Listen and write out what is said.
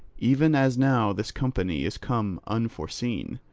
even as now this company is come unforeseen?